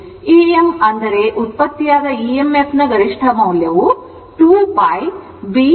Em ಅಂದರೆ ಉತ್ಪತ್ತಿಯಾದ emf ನ ಗರಿಷ್ಠ ಮೌಲ್ಯವು 2 π B n N ಆಗಿರುತ್ತದೆ